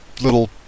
little